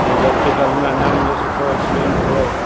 ई electrical में अञा मुंहिंजो सुठो एक्सपीरियंस थियो